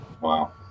Wow